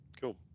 Cool